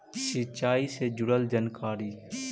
सिंचाई से जुड़ल जानकारी?